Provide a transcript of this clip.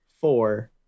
four